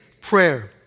prayer